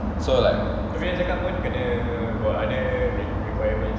so like